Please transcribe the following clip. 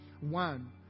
One